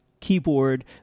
keyboard